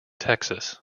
texas